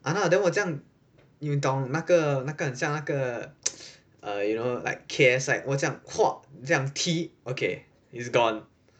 !hanna! then 我这样你懂那个那个很像那个 err you know like K_S_I 这样踢 okay is gone